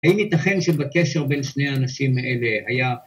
‫האם ייתכן שבקשר ‫בין שני האנשים האלה היה...